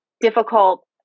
difficult